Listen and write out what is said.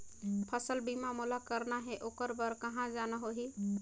फसल बीमा मोला करना हे ओकर बार कहा जाना होही?